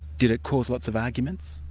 did it cause lots of arguments?